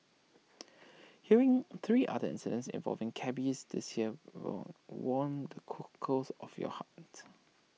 hearing three other involving cabbies this year warm the cockles of your heart